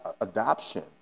adoption